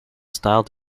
styled